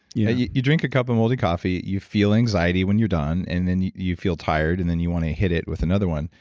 yeah you you drink a couple of molded coffee. you feel anxiety when you're done and then you you feel tired and then you want to hit it with another one.